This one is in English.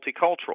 multicultural